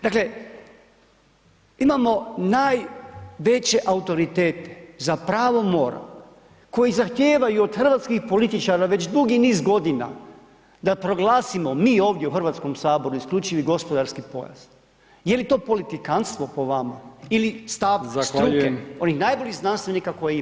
Dakle, imamo najveće autoritete za pravo mora koji zahtijevaju od hrvatskih političara već dugi niz godina da proglasimo mi ovdje u Hrvatskom saboru isključivi gospodarski pojas, je li to politikantstvo po vama ili [[Upadica: Zahvaljujem.]] ili stav struke onih najboljih znanstvenika koje imamo.